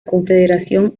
confederación